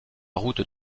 route